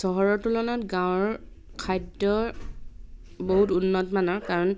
চহৰৰ তুলনাত গাঁৱৰ খাদ্য বহুত উন্নতমানৰ কাৰণ